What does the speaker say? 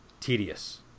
tedious